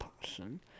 person